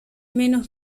menos